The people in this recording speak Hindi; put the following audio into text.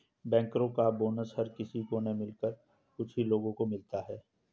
बैंकरो का बोनस हर किसी को न मिलकर कुछ ही लोगो को मिलता है